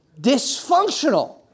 dysfunctional